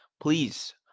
Please